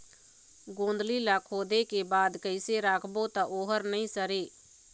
गोंदली ला खोदे के बाद कइसे राखबो त ओहर नई सरे?